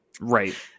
right